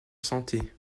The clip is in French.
santé